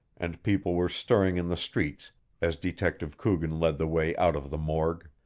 and people were stirring in the streets as detective coogan led the way out of the morgue.